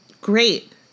Great